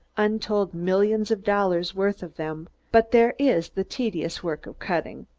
untold millions of dollars' worth of them but there is the tedious work of cutting.